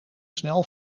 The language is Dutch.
snel